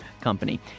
company